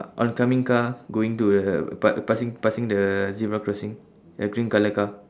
oncoming car going to the pa~ passing passing the zebra crossing the green colour car